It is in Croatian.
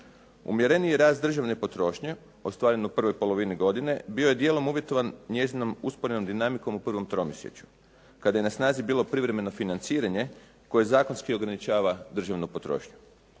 Umjereniji rast državne potrošnje ostvaren u prvoj polovini godine bio je djelom uvjetovan njenom usporenom dinamikom u prvom tromjesečju kada je na snazi bilo privremeno financiranje koje zakonski ograničava državnu potrošnju.